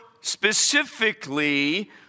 specifically